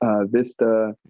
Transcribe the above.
Vista